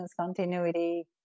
continuity